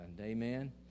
amen